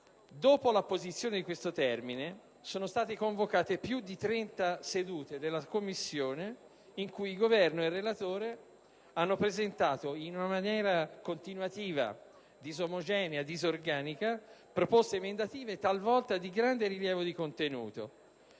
Dopo l'apposizione di questo termine, sono state convocate più di trenta sedute della Commissione in cui il Governo e il relatore hanno presentato, in maniera continuativa, disomogenea e disorganica, proposte emendative talvolta di grande rilievo dal punto